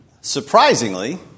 surprisingly